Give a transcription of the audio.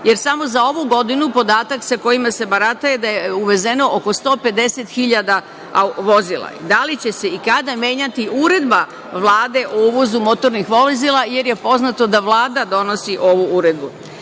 Samo za ovu godinu, podatak sa kojima se barata, je da je uvezeno oko 150 hiljada vozila. Da li će se i kada menjati uredba Vlade o uvozu motornih vozila, jer je poznato da Vlada donosi ovu uredbu? Šta